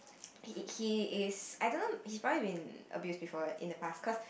he he he is I don't know he's probably been abused before in the past cause